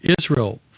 Israel